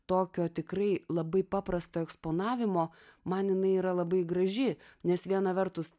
tokio tikrai labai paprasto eksponavimo man jinai yra labai graži nes viena vertus